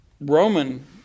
Roman